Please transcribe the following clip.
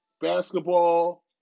basketball